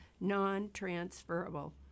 non-transferable